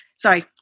sorry